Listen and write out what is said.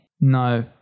No